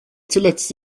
zuletzt